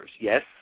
Yes